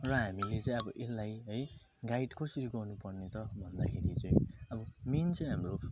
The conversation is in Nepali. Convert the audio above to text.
र हामीले चाहिँ अब यसलाई है गाइड कसरी गर्नुपर्ने त भन्दाखेरि चाहिँ अब मेन चाहिँ हाम्रो